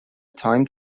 تایم